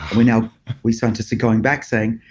you know we scientists are going back saying,